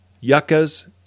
yuccas